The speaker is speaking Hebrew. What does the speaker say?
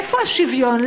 איפה השוויון?